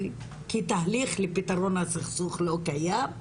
כי תהליך לפתרון הסכסוך לא קיים,